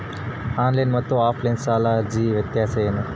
Online ಮತ್ತು offline ಸಾಲದ ಅರ್ಜಿಯ ವ್ಯತ್ಯಾಸ ಏನು?